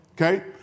Okay